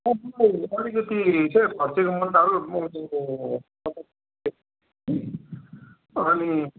सब्जी अलिकति त्यही फर्सीको मुन्टाहरू अनि